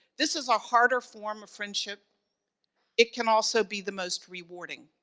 this is a harder form of friendship it can also be the most rewarding.